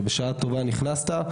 שבשעה טובה נכנסת,